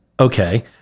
okay